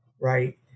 right